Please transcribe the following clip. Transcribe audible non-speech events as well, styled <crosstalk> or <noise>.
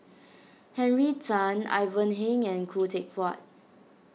Henry Tan Ivan Heng and Khoo <noise> Teck Puat